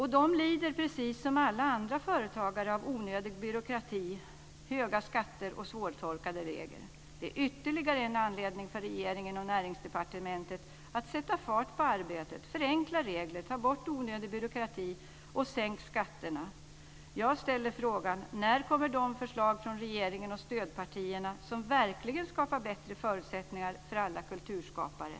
De lider precis som alla andra företagare av onödig byråkrati, höga skatter och svårtolkade regler. Det är ytterligare en anledning för regeringen och Näringsdepartementet att sätta fart på arbetet med att förenkla regler, ta bort onödig byråkrati och sänka skatterna. Jag ställer frågan: När kommer de förslag från regeringen och stödpartierna som verkligen skapar bättre förutsättningar för alla kulturskapare?